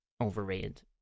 overrated